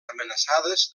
amenaçades